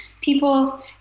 people